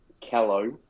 Callow